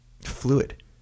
fluid